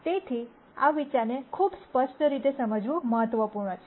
તેથી આ વિચારને ખૂબ સ્પષ્ટ રીતે સમજવું મહત્વપૂર્ણ છે